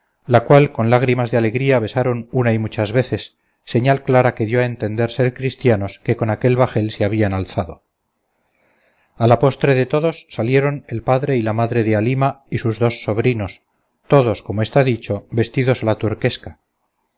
la cual con lágrimas de alegría besaron una y muchas veces señal clara que dio a entender ser cristianos que con aquel bajel se habían alzado a la postre de todos salieron el padre y madre de halima y sus dos sobrinos todos como está dicho vestidos a la turquesca